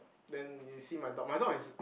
then you see my dog my dog is